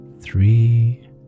three